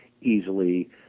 easily